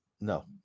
no